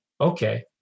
Okay